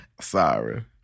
Sorry